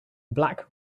black